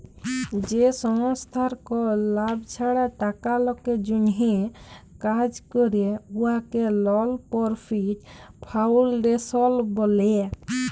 যে সংস্থার কল লাভ ছাড়া টাকা লকের জ্যনহে কাজ ক্যরে উয়াকে লল পরফিট ফাউল্ডেশল ব্যলে